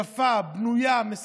יפה, בנויה, משגשגת.